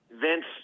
Vince